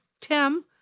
Tim